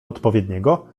odpowiedniego